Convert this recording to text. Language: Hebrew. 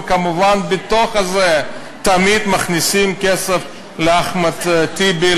וכמובן בתוך זה תמיד מכניסים כסף לאחמד טיבי,